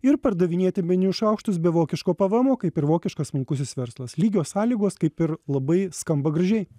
ir pardavinėti medinius šaukštus be vokiško pvmo kaip ir vokiškas smulkusis verslas lygios sąlygos kaip ir labai skamba gražiai